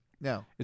No